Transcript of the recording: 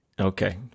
Okay